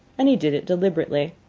and he did it deliberately.